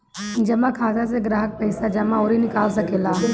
जमा खाता से ग्राहक पईसा जमा अउरी निकाल सकेला